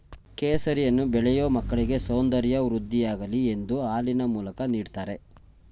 ಕೇಸರಿಯನ್ನು ಬೆಳೆಯೂ ಮಕ್ಕಳಿಗೆ ಸೌಂದರ್ಯ ವೃದ್ಧಿಯಾಗಲಿ ಎಂದು ಹಾಲಿನ ಮೂಲಕ ನೀಡ್ದತರೆ